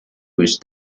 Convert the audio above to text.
which